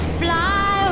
fly